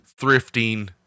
thrifting